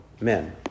men